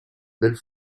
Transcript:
belles